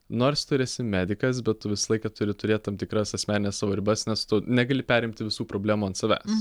nors tu ir esi medikas bet tu visą laiką turi turėt tam tikras asmenines savo ribas nes tu negali perimti visų problemų ant savęs